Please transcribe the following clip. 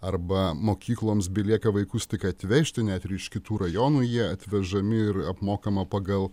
arba mokykloms belieka vaikus tik atvežti net ir iš kitų rajonų jie atvežami ir apmokama pagal